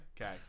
Okay